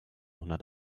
hundert